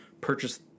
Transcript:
purchase